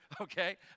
Okay